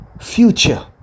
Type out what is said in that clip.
future